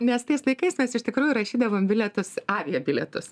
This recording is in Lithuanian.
nes tais laikais mes iš tikrųjų rašydavom bilietus aviabilietus